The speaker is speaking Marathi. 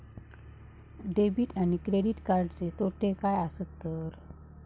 डेबिट आणि क्रेडिट कार्डचे तोटे काय आसत तर?